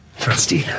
Trusty